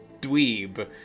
dweeb